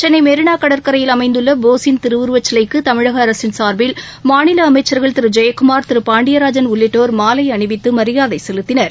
சென்னை மெரினா கடற்கரையில் அமைந்துள்ள போஸின் திருவுருவச்சிலைக்கு தமிழக அரசின் சார்பில் மாநில அமைச்ச்கள் திரு ஜெயக்குமார் திரு பாண்டியராஜன் உள்ளிட்டோர் மாலை அணிவித்து மரியாதை செலுத்தினர்